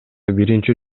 биринчи